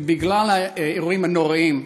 בגלל האירועים הנוראיים,